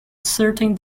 certain